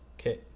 okay